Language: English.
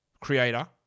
creator